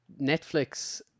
Netflix